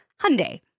Hyundai